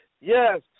Yes